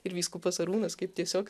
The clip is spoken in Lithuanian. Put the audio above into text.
ir vyskupas arūnas kaip tiesiog